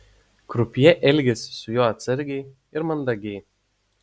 krupjė elgėsi su juo atsargiai ir mandagiai